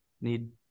Need